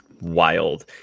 wild